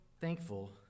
thankful